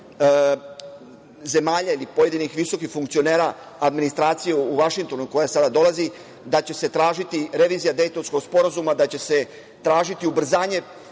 zemalja ili pojedinih visokih funkcionera administracije u Vašingtonu, koja sada dolazi, da će se tražiti revizija Dejtonskog sporazuma, da će se tražiti ubrzanje